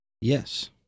Yes